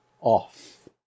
off